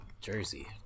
Jersey